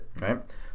right